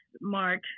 Mark